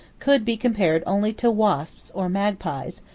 could be compared only to wasps or magpies,